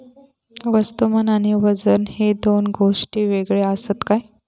वस्तुमान आणि वजन हे दोन गोष्टी वेगळे आसत काय?